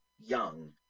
young